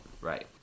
Right